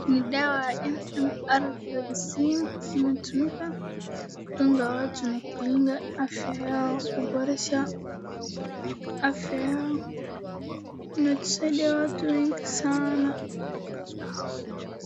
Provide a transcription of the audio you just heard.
Ni dawa MMR Vaacine inatumika kudunga watu na kulinda afya yao kuboresha fya yao inatusaidia watu wengi sana.